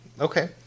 Okay